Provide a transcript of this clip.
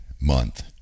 month